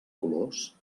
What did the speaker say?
colors